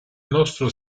nostro